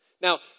Now